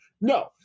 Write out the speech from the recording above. No